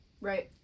right